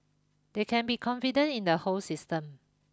they can be confident in the whole system